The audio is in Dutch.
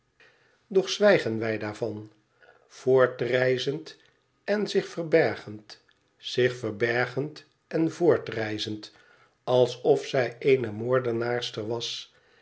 doch zwijgen wij daarvan voortreizend en zich verbergend zich verbergend en voortreizend alsof zij eene moordenaarster was